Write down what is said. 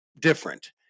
different